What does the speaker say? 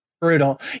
brutal